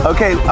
Okay